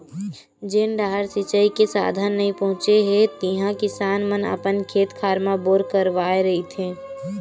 जेन डाहर सिचई के साधन नइ पहुचे हे तिहा किसान मन अपन खेत खार म बोर करवाए रहिथे